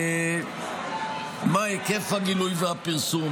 מה היקף הגילוי והפרסום?